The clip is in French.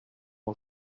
aux